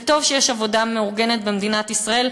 וטוב שיש עבודה מאורגנת במדינת ישראל,